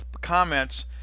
comments